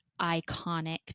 iconic